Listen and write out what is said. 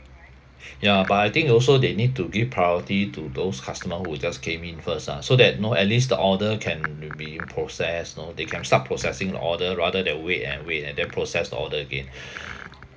ya but I think also they need to give priority to those customer who just came in first ah so that know at least the order can will be processed know they can start processing your order rather than wait and wait and then process the order again